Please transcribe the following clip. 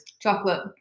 Chocolate